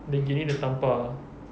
then gini dia tampar